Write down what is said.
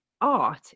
art